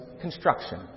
construction